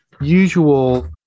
usual